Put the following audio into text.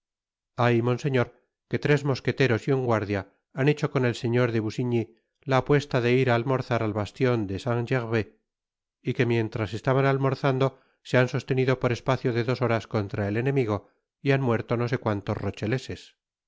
hay monseñor que tres mosqueteros y un guardia han hecho con el señor de busiñy la apuesta de ir á almorzar al bastion de saint gervais y que mientras estaban almorzando se han sostenido por espacio de dos horas contra el enemigo y han muerto no sé cuantos rocheleses